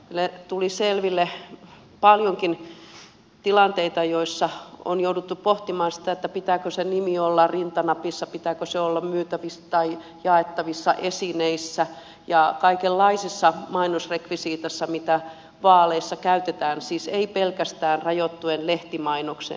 meille tuli selville paljonkin tilanteita joissa on jouduttu pohtimaan sitä pitääkö sen nimen olla rintanapissa pitääkö sen olla myytävissä tai jaettavissa esineissä ja kaikenlaisessa mainosrekvisiitassa mitä vaaleissa käytetään siis ei pelkästään rajoittuen lehtimainokseen